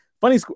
Funny